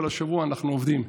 כל השבוע אנחנו עובדים.